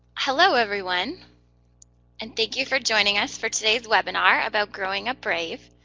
hello, everyone and thank you for joining us for today's webinar about growing up brave.